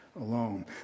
alone